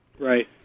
Right